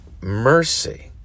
mercy